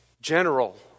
General